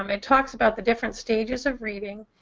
um it talks about the different stages of reading,